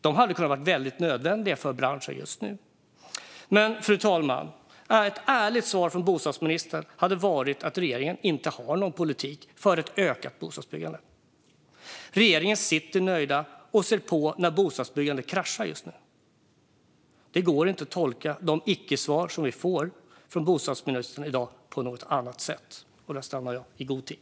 De hade kunnat vara väldigt nödvändiga för branschen just nu. Fru talman! Ett ärligt svar från bostadsministern hade varit att regeringen inte har någon politik för ett ökat bostadsbyggande. Regeringen sitter nöjd och ser på när bostadsbyggandet kraschar just nu. Det går inte att tolka de icke-svar som vi får från bostadsministern i dag på något annat sätt. Jag stannar där, i god tid.